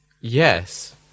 Yes